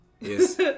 Yes